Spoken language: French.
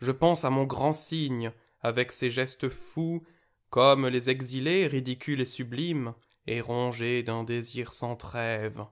if pense à mon grand cygne avec ses gestes fous comme les exilés ridicule et sublime et rongé d'un désir sans trêve